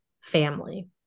family